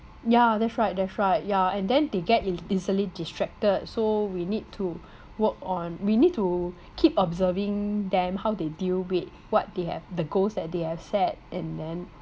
yeah that's right that's right yeah and then they get ea~ easily distracted so we need to work on we need to keep observing them how they deal with what they have the goals that they have set and then